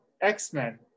x-men